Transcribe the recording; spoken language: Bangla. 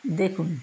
দেখুন